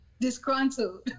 disgruntled